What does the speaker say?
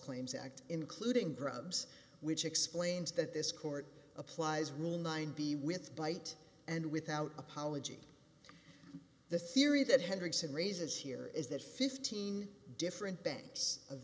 claims act including grubbs which explains that this court applies rule nine b with bite and without apology the theory that hendrickson raises here is that fifteen different banks of